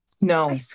No